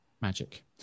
Magic